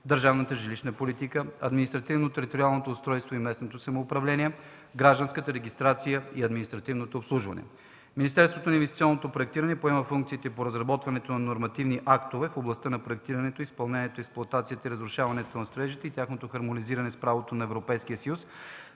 държавната жилищна политика; – административно-териториалното устройство и местното самоуправление; – гражданска регистрация и административно обслужване. Министерството на инвестиционното проектиране поема функциите по: – разработването на нормативни актове в областта на проектирането, изпълнението, експлоатацията и разрушаването на строежите и тяхното хармонизиране с правото на Европейския съюз